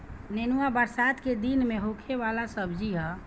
नेनुआ बरसात के दिन में होखे वाला सब्जी हअ